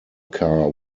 car